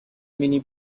مینی